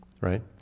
right